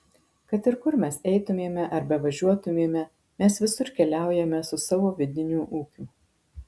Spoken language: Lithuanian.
kad ir kur mes eitumėme ar bevažiuotumėme mes visur keliaujame su savo vidiniu ūkiu